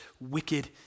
wicked